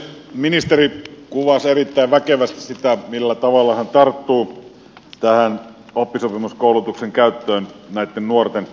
ministeri kuvasi erittäin väkevästi sitä millä tavalla hän tarttuu tähän oppisopimuskoulutuksen käyttöön näitten nuorten joukossa